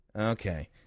Okay